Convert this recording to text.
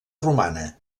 romana